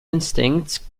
instincts